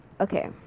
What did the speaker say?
Okay